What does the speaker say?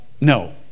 No